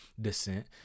descent